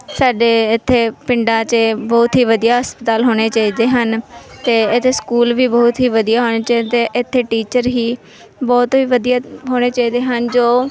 ਸਾਡੇ ਇੱਥੇ ਪਿੰਡਾਂ 'ਚ ਬਹੁਤ ਹੀ ਵਧੀਆ ਹਸਪਤਾਲ ਹੋਣੇ ਚਾਹੀਦੇ ਹਨ ਅਤੇ ਇੱਥੇ ਸਕੂਲ ਵੀ ਬਹੁਤ ਹੀ ਵਧੀਆ ਹੋਣੇ ਚਾਹੀਦੇ ਇੱਥੇ ਟੀਚਰ ਹੀ ਬਹੁਤ ਹੀ ਵਧੀਆ ਹੋਣੇ ਚਾਹੀਦੇ ਹਨ ਜੋ